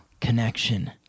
connection